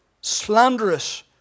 slanderous